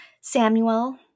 Samuel